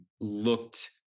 looked